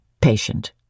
patient